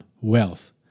Wealth